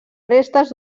restes